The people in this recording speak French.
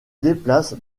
déplace